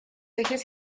ejes